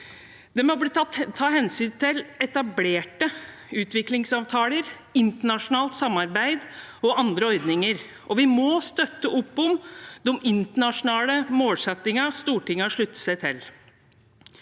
Det må bli tatt hensyn til etablerte utviklingsavtaler, internasjonalt samarbeid og andre ordninger, og vi må støtte opp om de internasjonale målsettingene Stortinget har sluttet seg til.